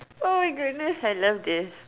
oh my goodness I love this